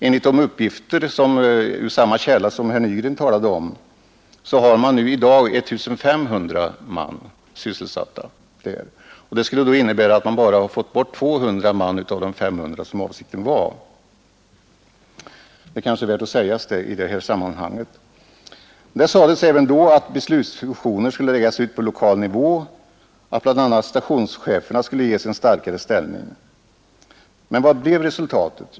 Enligt uppgifter ur samma källa har man i dag 1 500 man sysselsatta där. Det skulle alltså innebära att man bara fått bort 200 man och inte 500 som avsikten var. Det kanske är värt att framhålla det i detta sammanhang. Det sades även då att beslutsfunktioner skulle läggas ut på lokal nivå och att bl.a. stationscheferna skulle ges en starkare ställning. Men vad blev resultatet?